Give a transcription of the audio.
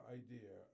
idea